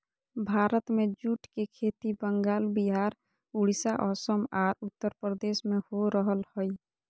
भारत में जूट के खेती बंगाल, विहार, उड़ीसा, असम आर उत्तरप्रदेश में हो रहल हई